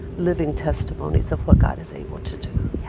living testimonies of what god is able to do. yeah